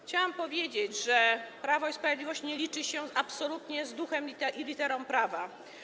Chciałam powiedzieć, że Prawo i Sprawiedliwość nie liczy się absolutnie z duchem ani literą prawa.